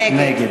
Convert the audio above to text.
נגד